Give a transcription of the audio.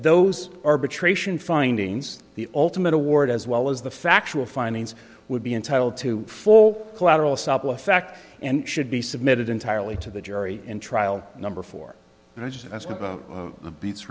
those arbitration findings the ultimate award as well as the factual findings would be entitled to full collateral facts and should be submitted entirely to the jury in trial number four and i just ask about the beats